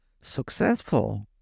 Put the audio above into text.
successful